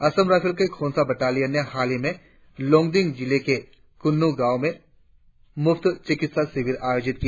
Assam rifles के Khonsa battalion ने हालही में लोंगडिंग जिले के कुन्न गांव में मूफ्त चिकित्सा शिविर आयोजित किया